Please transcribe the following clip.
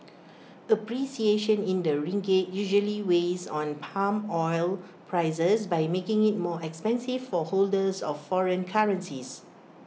appreciation in the ringgit usually weighs on palm oil prices by making IT more expensive for holders of foreign currencies